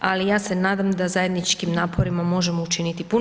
Ali ja se nadam da zajedničkim naporima možemo učiniti puno.